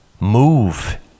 Move